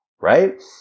right